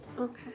Okay